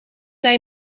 zijn